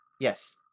Yes